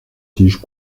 tige